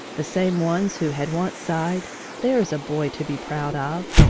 the same ones who had once sighed there's a boy to be proud of,